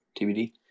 tbd